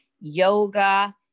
yoga